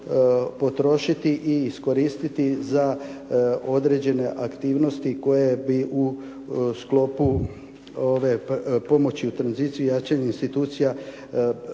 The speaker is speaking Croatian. potrošiti i iskoristiti za određene aktivnosti koje bi u sklopu ove pomoći u tranziciji, jačanje institucija,